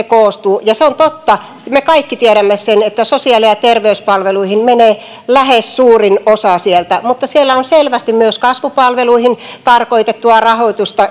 koostuu ja se on totta me kaikki tiedämme sen että sosiaali ja terveyspalveluihin menee lähes suurin osa sieltä mutta siellä yleiskatteellisessa rahoituksessa on selvästi myös kasvupalveluihin tarkoitettua rahoitusta